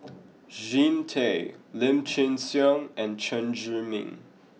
Jean Tay Lim Chin Siong and Chen Zhiming